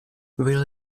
will